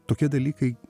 tokie dalykai